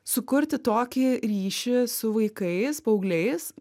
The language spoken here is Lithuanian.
sukurti tokį ryšį su vaikais paaugliais